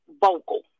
vocal